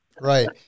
Right